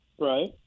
Right